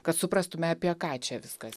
kad suprastume apie ką čia viskas